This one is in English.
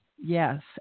Yes